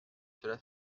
cela